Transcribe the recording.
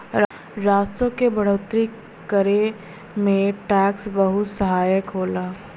राजस्व क बढ़ोतरी करे में टैक्स बहुत सहायक होला